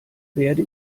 werde